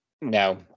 no